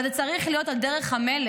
אבל זה צריך להיות על דרך המלך.